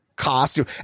costume